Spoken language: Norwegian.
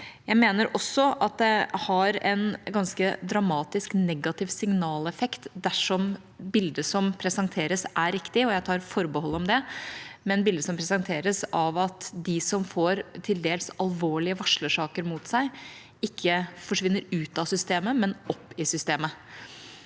Jeg mener også at det har en ganske dramatisk negativ signaleffekt dersom bildet som presenteres, er riktig, og jeg tar forbehold om det. Bildet som presenteres av at de som får til dels alvorlige varslersaker mot seg, ikke forsvinner ut av systemet, men opp i systemet,